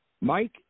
Mike